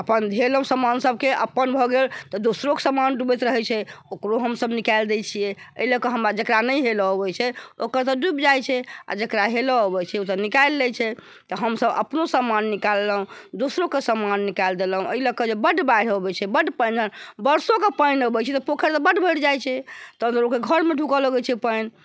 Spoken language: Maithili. अपन धेलहुॅं समान सभके अपन भऽ गेल तऽ दोसरोके समान डूबैत रहै छै ओकरो हम सभ निकालि दै छियै एहि लऽ कऽ हमरा जेकरा नहि हेलय अबै छै ओकर तऽ डूबि जाइ छै आ जेकरा हेलय अबै छै ओ तऽ निकालि लै छै तऽ हम सभ अपनो समान निकाललहुॅं दोसरोके समान निकालि देलहुॅं एहि लऽ कऽ जे बड्ड बाढ़ि अबै छै बड्ड पानि बरसोके पानि अबै छै तऽ पोखरि तऽ बड्ड भरि जाइ छै तब लोकके घरमे ढुकय लगै छै पानि